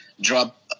drop